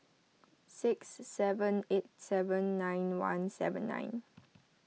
six seven eight seven nine one seven nine